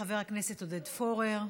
חבר הכנסת עודד פורר,